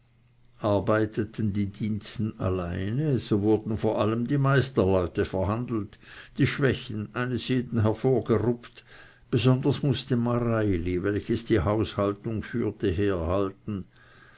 arbeiteten die diensten alleine so wurden vor allem die meisterleute verhandelt die schwächen eines jeden hervorgerupft besonders mußte mareili welches die haushaltung führte herhalten